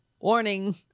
warning